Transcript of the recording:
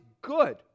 good